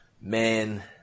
man